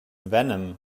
venom